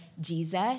Jesus